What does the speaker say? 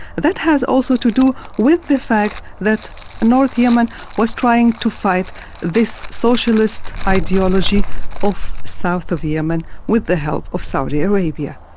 that has also to do with the fact that ah north north yemen was trying to fight this socialist ideology of south of yemen with the help of saudi arabia.